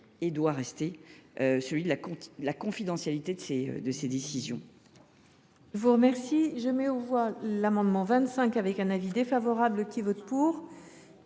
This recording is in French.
et doit rester, celui de la confidentialité de ces décisions